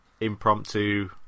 impromptu